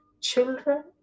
children